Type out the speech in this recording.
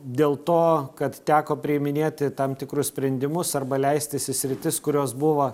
dėl to kad teko priiminėti tam tikrus sprendimus arba leistis į sritis kurios buvo